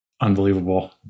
Unbelievable